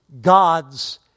God's